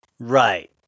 Right